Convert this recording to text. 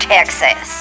Texas